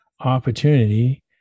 opportunity